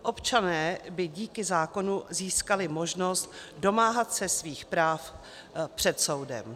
Občané by díky zákonu získali možnost domáhat se svých práv před soudem.